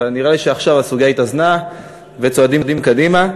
נראה לי שעכשיו הסוגיה התאזנה וצועדים קדימה.